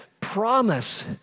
promise